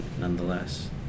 nonetheless